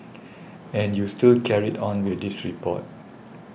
and you still carried on with this report